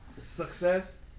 success